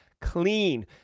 Clean